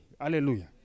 Hallelujah